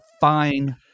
fine